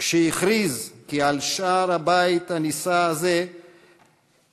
כשהכריז כי "על שער הבית הנישא הזה ייחרתו